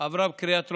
עברה בקריאה טרומית,